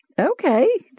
Okay